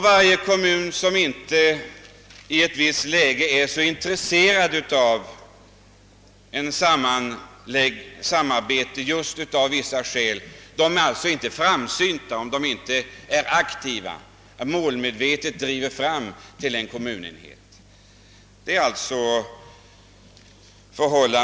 Varje kommun, som inte i ett visst läge är så intresserad av ett samarbete och inte aktivt och målmedvetet driver fram :bildandet av en kommunenhet, är alltså inte framsynt!